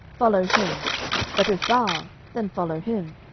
follow him but if baal, then follow him.